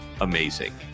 amazing